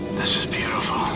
this is beautiful.